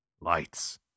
Lights